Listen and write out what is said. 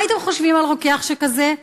מה הייתם חושבים על רוקח שכזה?